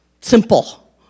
simple